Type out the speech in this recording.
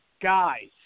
guys